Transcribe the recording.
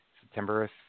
September